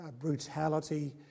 brutality